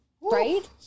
right